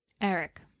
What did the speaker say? Eric